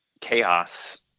chaos